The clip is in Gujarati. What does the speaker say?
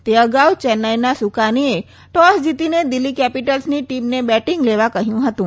તે અગાઉ ચેન્નાઈના સુકાનીએ ટોસ જીતીને દિલ્હી કેપીટલની ટીમને બેટીંગ લેવા કહયું હતું